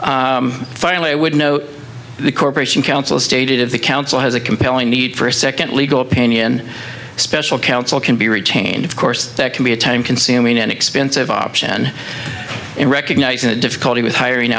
all finally i would note the corporation counsel stated the council has a compelling need for a second legal opinion a special counsel can be retained of course that can be a time consuming and expensive option in recognizing the difficulty with hiring